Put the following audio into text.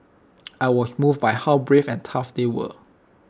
I was moved by how brave and tough they were